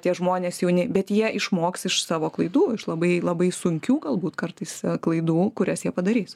tie žmonės jauni bet jie išmoks iš savo klaidų iš labai labai sunkių galbūt kartais klaidų kurias jie padarys